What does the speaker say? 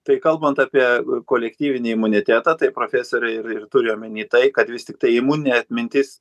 tai kalbant apie kolektyvinį imunitetą tai profesorė ir ir turi omeny tai kad vis tiktai imuninė atmintis